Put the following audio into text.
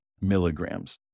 milligrams